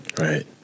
Right